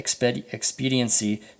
expediency